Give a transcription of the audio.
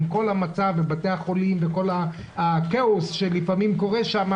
עם כל המצב בבתי החולים וכל הכאוס שלפעמים קורה שם.